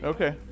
Okay